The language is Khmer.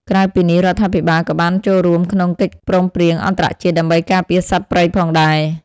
ក្រៅពីនេះ រដ្ឋាភិបាលក៏បានចូលរួមក្នុងកិច្ចព្រមព្រៀងអន្តរជាតិដើម្បីការពារសត្វព្រៃផងដែរ។